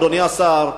אדוני השר,